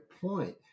point